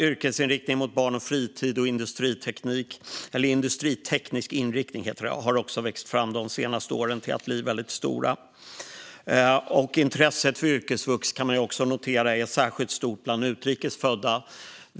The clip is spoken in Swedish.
Yrkesinriktning mot barn och fritid samt industriteknisk inriktning har också vuxit sig stora under senare år. Vi kan notera att intresset för yrkesvux är särskilt stort bland utrikes födda.